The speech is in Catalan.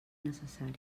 necessari